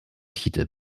titel